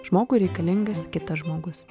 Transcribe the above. žmogui reikalingas kitas žmogus